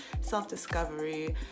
self-discovery